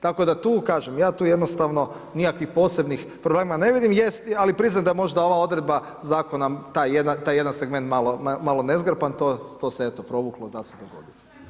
Tako da tu, kaže, ja tu jednostavno nikakvih posebnih problema ne vidim ali priznajem da je možda ova odredba zakona taj jedan segment malo nezgrapan, to se eto, provuklo da se dogodi.